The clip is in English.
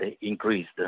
increased